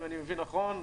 אם אני מבין נכון.